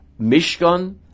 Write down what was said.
Mishkan